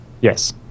Yes